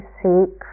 seek